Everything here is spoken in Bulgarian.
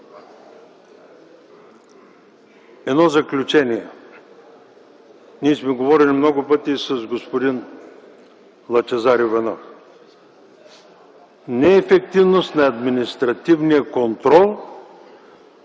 Едно заключение, ние много пъти сме говорили и с господин Лъчезар Иванов: неефективност на административния контрол